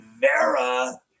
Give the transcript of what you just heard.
Vera